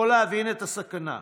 יכול להבין את הסכנה.